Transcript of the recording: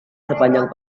sepanjang